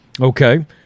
Okay